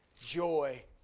Joy